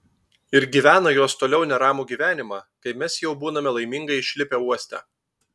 ir gyvena jos toliau neramų gyvenimą kai mes jau būname laimingai išlipę uoste